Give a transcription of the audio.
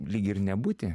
lyg ir nebūti